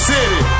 City